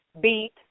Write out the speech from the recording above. beat